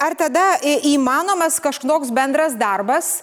ar tada į įmanomas kažkoks bendras darbas